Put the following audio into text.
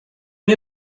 nie